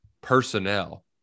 personnel